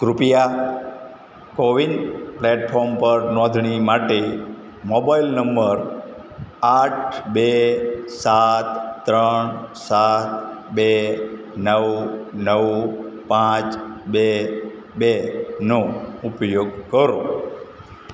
કૃપયા CoWIN platform પર નોંધણી માટે મોબાઈલ નંબર આઠ બે સાત ત્રણ સાત બે નવ નવ પાંચ બે બેનો ઉપયોગ કરો